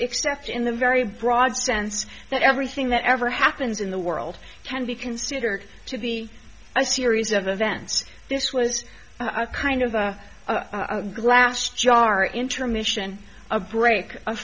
except in the very broad sense that everything that ever happens in the world can be considered to be a series of events this was a kind of glass jar intermission a break a